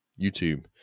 YouTube